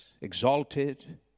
exalted